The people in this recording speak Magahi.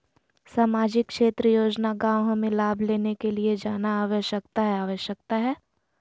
सामाजिक क्षेत्र योजना गांव हमें लाभ लेने के लिए जाना आवश्यकता है आवश्यकता है?